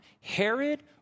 Herod